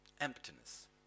emptiness